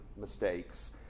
mistakes